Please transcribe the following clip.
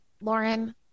Lauren